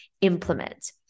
implement